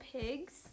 pigs